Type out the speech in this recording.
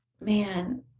Man